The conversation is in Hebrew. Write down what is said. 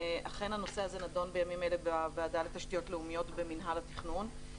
אכן הנושא הזה נדון בימים אלה בוועדה לתשתיות לאומיות במינהל התכנון.